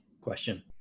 question